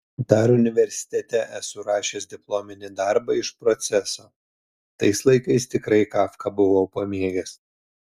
dar universitete esu rašęs diplominį darbą iš proceso tais laikais tikrai kafką buvau pamėgęs